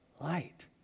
light